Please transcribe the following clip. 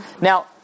Now